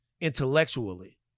intellectually